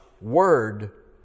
word